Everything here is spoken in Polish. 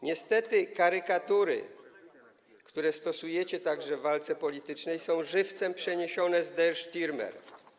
Niestety karykatury, które stosujecie także w walce politycznej, są żywcem przeniesione z „Der Stürmer”